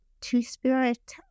two-spirit